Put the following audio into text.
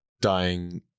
dying